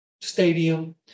stadium